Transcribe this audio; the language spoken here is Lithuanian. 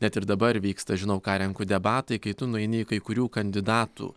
net ir dabar vyksta žinau ką renku debatai kai tu nueini kai kurių kandidatų